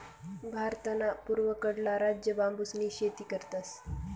भारतना पूर्वकडला राज्य बांबूसनी शेती करतस